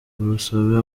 urusobe